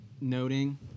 noting